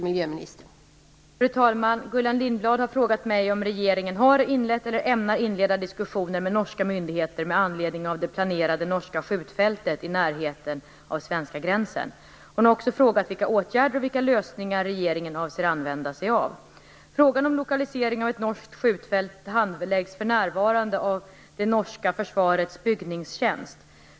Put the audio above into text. Fru talman! Gullan Lindblad har frågat mig om regeringen har inlett eller ämnar inleda diskussioner med norska myndigheter med anledning av det planerade norska skjutfältet i närheten av svenska gränsen. Hon har också frågat vilka åtgärder och vilka lösningar regeringen avser använda sig av. Frågan om lokalisering av ett norskt skjutfält handläggs för närvarande av det norska Forsvarets Bygningstjenste.